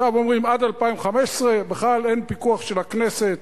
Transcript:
עכשיו אומרים, עד 2015 בכלל אין פיקוח של הכנסת,